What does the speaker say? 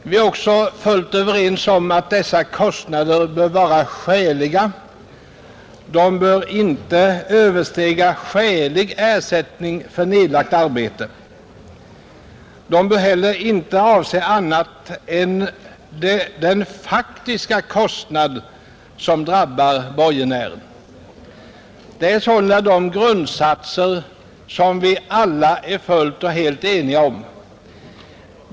Vi är också fullständigt överens om att dessa kostnader bör vara skäliga; de bör alltså inte överstiga skälig ersättning för nedlagt arbete, inte heller bör de avse annat än den faktiska kostnad som drabbar borgenären. Detta är sålunda grundsatser som vi alla är helt och fullt eniga om.